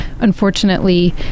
Unfortunately